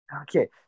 Okay